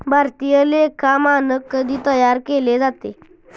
भारतीय लेखा मानक कधी तयार केले जाते?